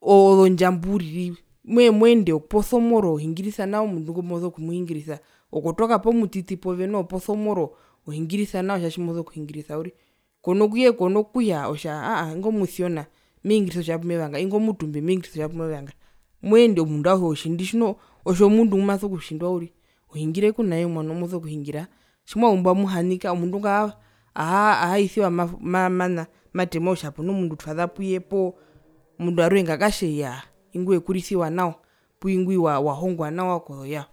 oo oo ozondjambu uriri mehee mwende opose omoro ohingirisa nawa omundu ngo kumoso kumuhingirisa okotoka pomutiti pove noho opose omoro ohingirisa nawa otja tjimoso kuhingirisa uriri konokuya konokuya aa otja ingwi omusiona mehingirisa otja pumevanga ingwi omutumbe mehingirisa otja pumevanga moende omundu auhe otjindi tjino otjomundu ngumaso kutjindwa uriri ohingire kunaye momwano mbumoso kuhingira tjimwazumbo amuhanika omundu ngo aha aha ahaisiwa ma mana matemwa kutja hapo nu omundu twaza puye poo omundu aruhe ngakatje yaa ingwi wekurisiwa nawa poo ingwi wahongwa nawa koyao.